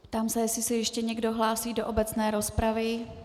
Ptám se, jestli se ještě někdo hlásí do obecné rozpravy.